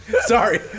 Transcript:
Sorry